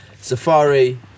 Safari